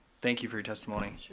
thank you for your testimony.